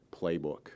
playbook